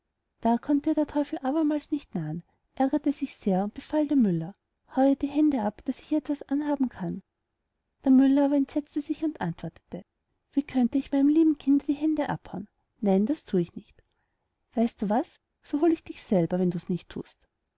da konnte ihr der teufel abermals nicht nahen ärgerte sich sehr und befahl dem müller hau ihr die hände ab daß ich ihr was anhaben kann der müller aber entsetzte sich und antwortete wie könnte ich meinem lieben kind die hände abhauen nein das thu ich nicht weißt du was so hol ich dich selber wenn dus nicht